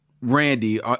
Randy